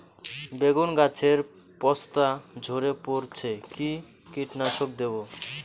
বেগুন গাছের পস্তা ঝরে পড়ছে কি কীটনাশক দেব?